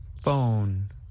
Phone